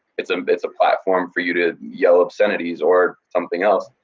it's and it's a platform for you to yell obscenities or something else,